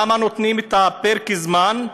למה נותנים את פרק הזמן?